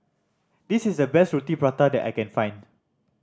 this is the best Roti Prata that I can find